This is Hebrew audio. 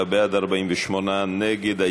39 בעד, 48 נגד, שני נמנעים.